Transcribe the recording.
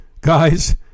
Guys